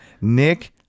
Nick